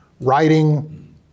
writing